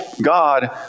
God